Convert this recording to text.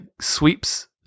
sweeps